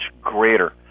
greater